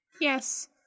Yes